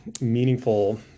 meaningful